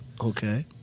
Okay